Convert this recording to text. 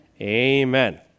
Amen